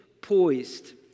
poised